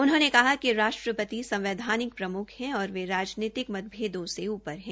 उन्होंने कहा कि राष्ट्रपति संवैधानिक प्रम्ख है और वे राजनीतिक मतभेदों से ऊपर है